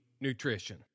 nutrition